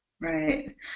Right